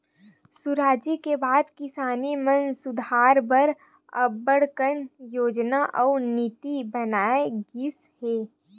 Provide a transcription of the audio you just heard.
सुराजी के बाद किसानी म सुधार बर अब्बड़ कन योजना अउ नीति बनाए गिस हे